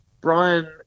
Brian